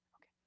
Okay